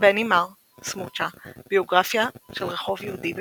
בני מר, סמוצ'ה, ביוגרפיה של רחוב יהודי בוורשה,